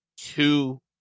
Two